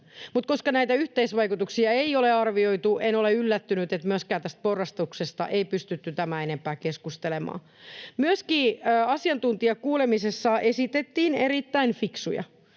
koska näitä yhteisvaikutuksia ei ole arvioitu, en ole yllättynyt, että myöskään tästä porrastuksesta ei pystytty tämän enempää keskustelemaan. Myöskin asiantuntijakuulemisessa esitettiin erittäin fiksuja,